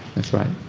that's right.